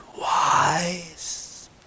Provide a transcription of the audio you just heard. wise